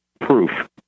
proof